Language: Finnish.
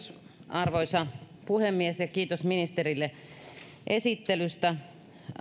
arvoisa puhemies kiitos ministerille esittelystä